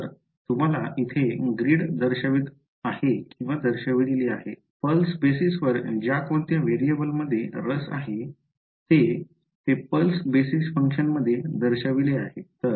तर तुम्हाला येथे ग्रीड दर्शवित आहे पल्स बेसिस वर ज्या कोणता व्हेरिएबल मध्ये रस आहे आहे ते ते पल्स बेसिस फंक्शनमध्ये दर्शविले जाते